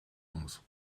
onze